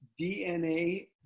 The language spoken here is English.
dna